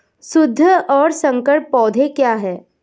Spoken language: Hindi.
शुद्ध और संकर पौधे क्या हैं?